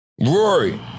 Rory